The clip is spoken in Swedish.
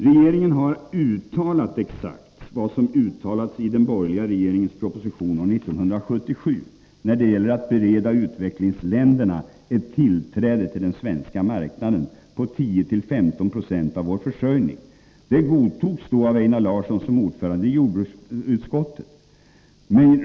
Regeringen har uttalat exakt detsamma som uttalades i den borgerliga regeringspropositionen år 1977 när det gäller att bereda utvecklingsländerna ett tillträde till den svenska marknaden på 10-15 96 av vår försörjning. Det uttalandet godtogs då av Einar Larsson såsom ordförande i jordbruksutskottet.